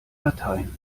latein